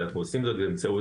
אנחנו עושים זאת באמצעי